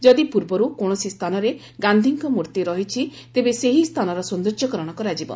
ଯଦି ପୂର୍ବରୁ କୌଶସି ସ୍ଥାନରେ ଗାଧିଙ୍କ ମୂର୍ଭି ରହିଛି ତେବେ ସେହି ସ୍ଚାନର ସୌଦର୍ଯ୍ୟକରଣ କରାଯିବ